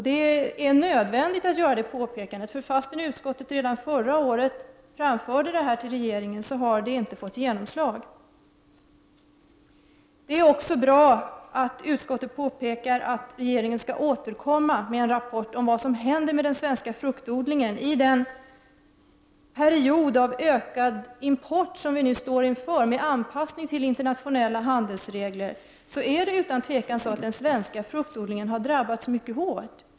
Det är nödvändigt att göra det påpekandet, ty fastän utskottet framförde det till regeringen redan förra året har det inte fått genomslag. Det är också bra att utskottet påpekar att regeringen skall återkomma med en rapport om vad som händer med den svenska fruktodlingen. I den period av ökad import och med anpassning till internationella handelsregler som vi nu står inför har den svenska fruktodlingen utan tvivel drabbats mycket hårt.